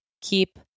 keep